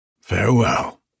Farewell